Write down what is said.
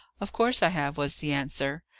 of course i have, was the answer.